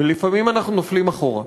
ולפעמים אנחנו נופלים אחורה.